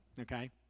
okay